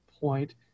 point